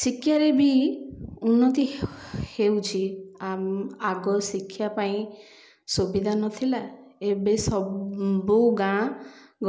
ଶିକ୍ଷାରେ ବି ଉନ୍ନତି ହେଉଛି ଆଗ ଶିକ୍ଷା ପାଇଁ ସୁବିଧା ନଥିଲା ଏବେ ସବୁ ଗାଁ